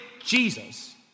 Jesus